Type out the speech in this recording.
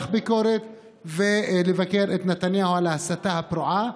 ביקורת ולבקר את נתניהו על ההסתה הפרועה,